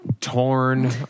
torn